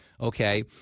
Okay